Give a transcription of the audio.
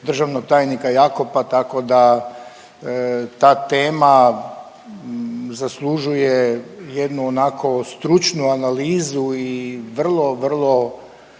državnog tajnika Jakopa, tako da ta tema zaslužuje jednu onako stručnu analizu i vrlo, vrlo